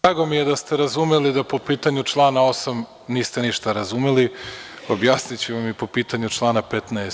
Drago mi je da ste razumeli da po pitanju člana 8. ništa niste razumeli, objasniću vam i po pitanju člana 15.